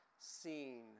seen